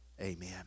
Amen